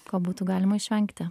ko būtų galima išvengti